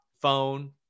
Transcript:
phone